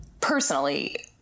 personally